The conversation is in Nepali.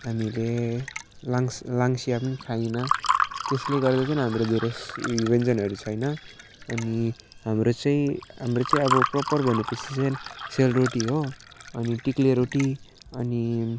हामीले लाङ्स लाङ स्या पनि खाइन त्यसले गर्दा चाहिँ हाम्रो धेरै व्यञ्जनहरू छैन अनि हाम्रो चाहिँ हाम्रो चाहिँ अब प्रोपर भनेपछि चाहिँ सेलरोटी हो अनि टिक्ले रोटी अनि